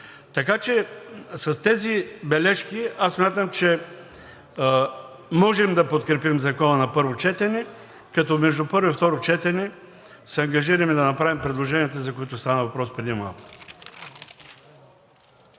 Така че с тези бележки смятам, че можем да подкрепим Законопроекта на първо четене, като между първо и второ четене се ангажираме да направим предложенията, за които стана въпрос преди малко.